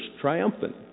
triumphant